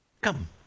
Come